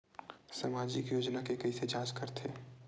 सामाजिक योजना के कइसे जांच करथे?